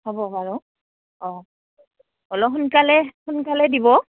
হ'ব বাৰু অঁ অলপ সোনকালে সোনকালে দিব